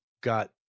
got